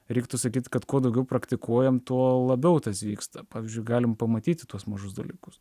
reiktų sakyt kad kuo daugiau praktikuojam tuo labiau tas vyksta pavyzdžiui galim pamatyti tuos mažus dalykus